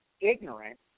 ignorant